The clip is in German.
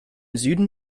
süden